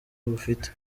rufite